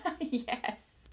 Yes